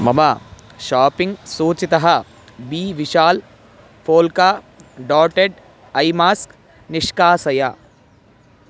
मम शापिङ्ग् सूचितः बी विशाल् फोल्का डोटेड् ऐ मास्क् निष्कासय